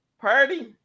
Party